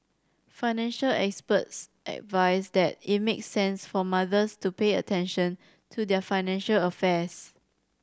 financial experts advise that it makes sense for mothers to pay attention to their financial affairs